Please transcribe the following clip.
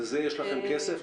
לזה יש לכם כסף?